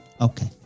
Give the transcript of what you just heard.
Okay